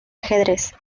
ajedrez